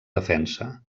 defensa